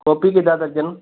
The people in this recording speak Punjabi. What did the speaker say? ਕੌਪੀ ਕਿੱਦਾਂ ਦਰਜਨ